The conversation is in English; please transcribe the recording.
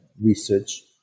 research